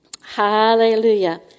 Hallelujah